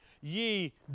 Ye